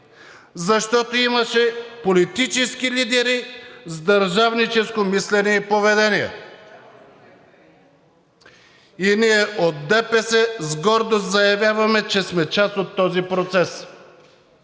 защото имаше политически лидери с държавническо мислене и поведение. И ние от ДПС с гордост заявяваме, че сме част от този процес.